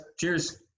Cheers